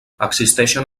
existeixen